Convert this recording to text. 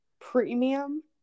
premium